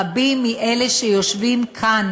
רבים מאלה שיושבים כאן,